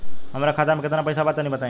हमरा खाता मे केतना पईसा बा तनि बताईं?